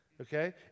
okay